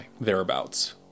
Thereabouts